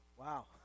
Wow